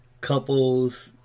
couples